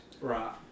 Right